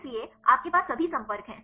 इसलिए आपके पास सभी संपर्क हैं